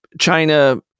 China